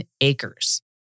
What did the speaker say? acres